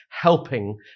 helping